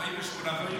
48 חברים.